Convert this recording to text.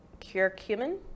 curcumin